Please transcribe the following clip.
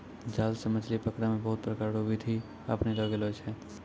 जाल से मछली पकड़ै मे बहुत प्रकार रो बिधि अपनैलो गेलो छै